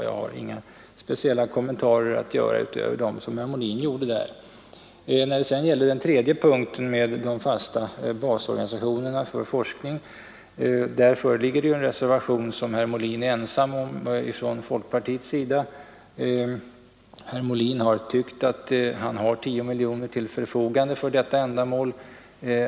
Jag har ingen speciell kommentar att göra utöver den som herr Molin gjorde. När det sedan gäller den tredje punkten, fast basorganisation för forskning, föreligger en reservation som herr Molin är ensam om. Herr Molin har ansett att han har 10 miljoner kronor till förfogande för detta ändamål.